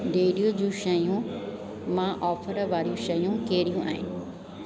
dairy जूं शयुनि मां ऑफर वारियूं शयूं कहिड़ियूं आहिनि